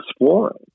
exploring